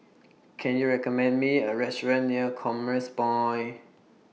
Can YOU recommend Me A Restaurant near Commerce Point